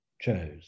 chose